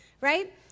right